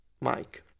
Mike